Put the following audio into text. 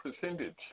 percentage